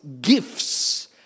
gifts